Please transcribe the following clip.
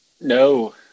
No